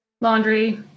laundry